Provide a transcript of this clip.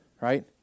right